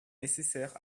nécessaire